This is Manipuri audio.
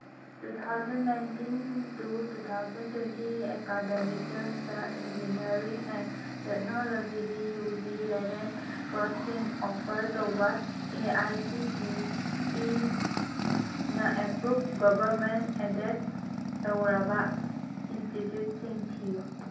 two thousand nineteen to two thousand ꯇ꯭ꯋꯦꯟꯇꯤꯒꯤ ꯑꯦꯀꯥꯗꯃꯤꯛ ꯏꯌꯔꯁꯇ ꯏꯟꯖꯤꯅꯤꯌꯥꯔꯤꯡ ꯑꯦꯟ ꯇꯦꯛꯅꯣꯂꯣꯖꯤꯒꯤ ꯌꯨ ꯖꯤ ꯂꯦꯚꯦꯟ ꯀꯣꯔꯁꯁꯤꯡ ꯑꯣꯐꯔ ꯇꯧꯕ ꯑꯦ ꯑꯥꯏ ꯁꯤ ꯇꯤ ꯏꯅ ꯑꯦꯄ꯭ꯔꯨꯞ ꯒꯣꯕꯔꯃꯦꯟ ꯑꯦꯗꯦꯠ ꯇꯧꯔꯕ ꯏꯟꯁꯇꯤꯇ꯭ꯌꯨꯠꯁꯤꯡ ꯊꯤꯌꯨ